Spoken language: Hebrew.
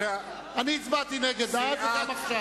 אני הצבעתי נגד אז וגם עכשיו.